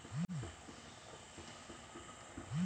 Gold loan ಗೆ ಬಡ್ಡಿ ದರ ಎಷ್ಟು?